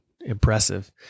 impressive